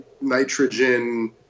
nitrogen